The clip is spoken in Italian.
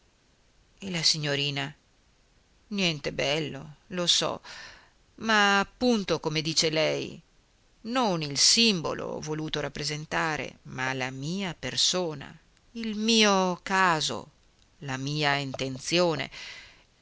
la signorina niente bello lo so ma appunto come dice lei non il simbolo ho voluto rappresentare ma la mia persona il mio caso la mia intenzione